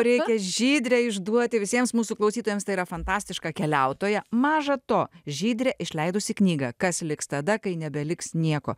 reikia žydrę išduoti visiems mūsų klausytojams tai yra fantastiška keliautoja maža to žydrė išleidusi knygą kas liks tada kai nebeliks nieko